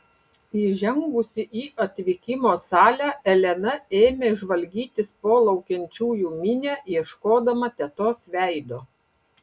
įžengusi į atvykimo salę elena ėmė žvalgytis po laukiančiųjų minią ieškodama tetos veido